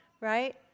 right